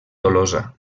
tolosa